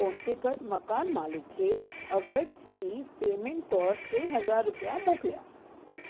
contact मकान मालिक खे अगस्त जी पेमेंट तौरु टे हज़ार रुपया मोकिलिया